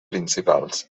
principals